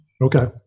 Okay